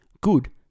Good